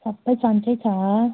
सबै सन्चै छ